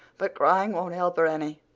but crying won't help her any.